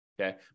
okay